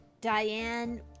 Diane